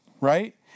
Right